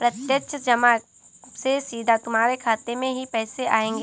प्रत्यक्ष जमा से सीधा तुम्हारे खाते में ही पैसे आएंगे